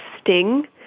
sting